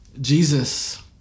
Jesus